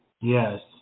Yes